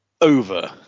over